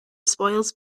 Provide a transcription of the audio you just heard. spoils